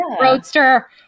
roadster